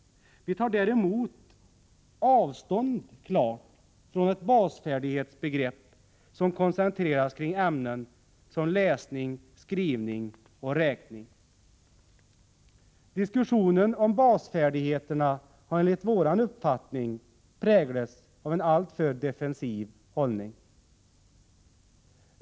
Vi tar däremot avstånd från ett basfärdighetsbegrepp som koncentrerats kring ämnen som läsning, skrivning och räkning. Diskussion om basfärdigheterna har enligt vår uppfattning präglats av en alltför defensiv hållning.